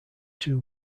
two